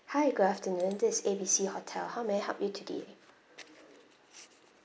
hi good afternoon this is A B C hotel how may I help you today